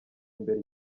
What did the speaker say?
imbere